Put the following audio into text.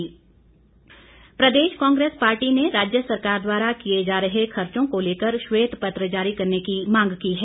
कांग्रेस प्रदेश कांग्रेस पार्टी ने राज्य सरकार द्वारा किए जा रहे खर्चों को लेकर श्वेत पत्र जारी करने की मांग की है